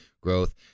growth